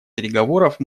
переговоров